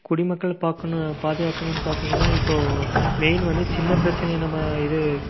குடிமக்களை பார்க்கணு பாதுகாக்கணுன்னு பார்த்தீங்கன்னா இப்போது மெயின் வந்து சின்ன பிரச்சனையை நம்ம இது